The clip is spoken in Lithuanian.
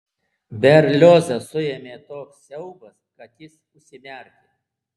berliozą suėmė toks siaubas kad jis užsimerkė